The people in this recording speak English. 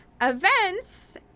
events